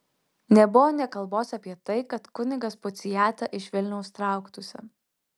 nebuvo nė kalbos apie tai kad kunigas puciata iš vilniaus trauktųsi